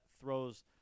throws